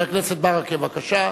חבר הכנסת ברכה, בבקשה.